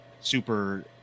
super